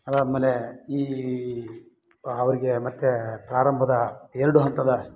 ಅದಾದ ಮೇಲೆ ಈ ಅವ್ರಿಗೆ ಮತ್ತೆ ಪ್ರಾರಂಭದ ಎರಡು ಹಂತದ